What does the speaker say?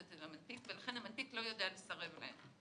אצל --- ולכן הוא לא יודע לסרב להם.